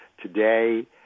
today